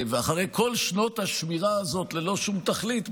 ואחרי כל שנות השמירה הזאת ללא שום תכלית,